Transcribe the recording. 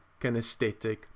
kinesthetic